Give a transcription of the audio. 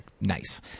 nice